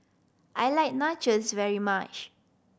I like Nachos very much